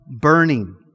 burning